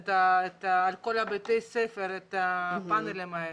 על כל בתי הספר את הפאנלים האלו.